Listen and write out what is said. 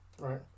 right